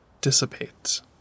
dissipates